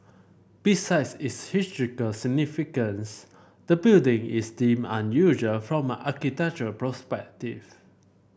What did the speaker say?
besides its historical significance the building is deemed unusual from an architectural perspective